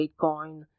Bitcoin